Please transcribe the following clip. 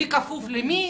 מי כפוף למי?